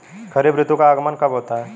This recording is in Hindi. खरीफ ऋतु का आगमन कब होता है?